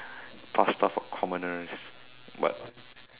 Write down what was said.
pasta for commoners but